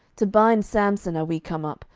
to bind samson are we come up,